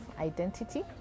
identity